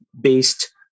based